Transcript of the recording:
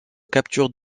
capture